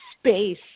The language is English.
space